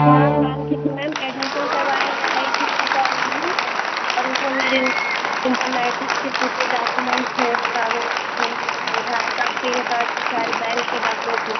हाँ काम के थे मैम एडमीशन करवाने आई थी मैं कॉलेज में और उसमें मेरे इन्टर मैट्रिक के पूरे डाकुमेंट थे काग़ज़ थे आधार कार्ड पेन कार्ड सारे बैंक के डाकुमेंट्स थे